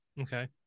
okay